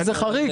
זה חריג.